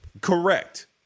Correct